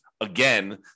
again